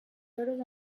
euros